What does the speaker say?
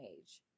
age